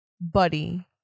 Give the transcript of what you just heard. buddy